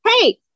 Hey